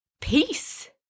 peace